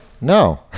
no